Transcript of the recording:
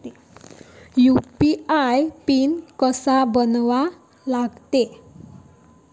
UPI PIN कसा बनवा लागते?